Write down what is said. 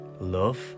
Love